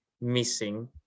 missing